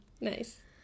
Nice